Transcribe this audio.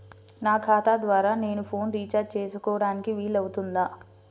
నా ఖాతా ద్వారా నేను ఫోన్ రీఛార్జ్ చేసుకోవడానికి వీలు అవుతుందా?